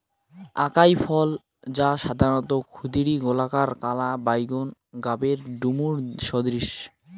আকাই ফল, যা সাধারণত ক্ষুদিরী, গোলাকার, কালা বাইগোন গাবের ডুমুর সদৃশ